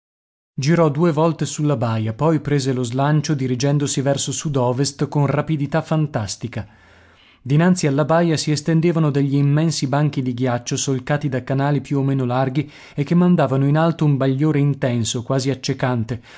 girò due volte sulla baia poi prese lo slancio dirigendosi verso sud ovest con rapidità fantastica dinanzi alla baia si estendevano degli immensi banchi di ghiaccio solcati da canali più o meno larghi e che mandavano in alto un bagliore intenso quasi accecante